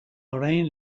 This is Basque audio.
orain